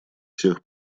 всех